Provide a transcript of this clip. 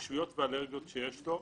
רגישויות ואלרגיות שיש לו,